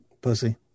Pussy